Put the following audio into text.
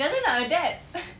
kata nak adapt